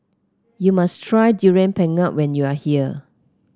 you must try Durian Pengat when you are here